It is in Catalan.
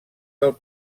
del